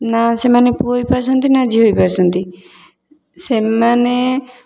ନା ସେମାନେ ପୁଅ ହେଇ ପାରୁଛନ୍ତି ନା ଝିଅ ହେଇ ପାରୁଛନ୍ତି ସେମାନେ